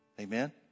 Amen